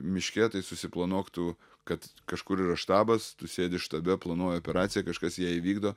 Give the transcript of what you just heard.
miške tai susiplanuok tu kad kažkur yra štabas tu sėdi štabe planuoji operaciją kažkas ją įvykdo